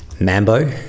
mambo